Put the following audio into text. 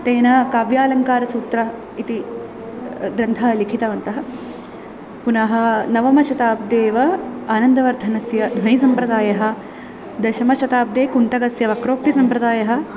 तेन काव्यालङ्कारसूत्रम् इति ग्रन्थं लिखितवन्तः पुनः नवमशताब्दे एव आनन्दवर्धनस्य ध्वनिसम्प्रदायः दशमशताब्दे कुन्तकस्य वक्रोक्तिसम्प्रदायः